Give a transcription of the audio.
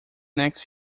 next